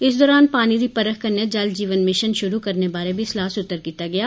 इस दौरान पानी दे परख कन्नै जल जीवन मिशन श्रु करने बारै बी सलाहसूत्र कीता गेया